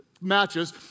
matches